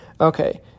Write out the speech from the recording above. Okay